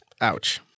Ouch